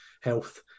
health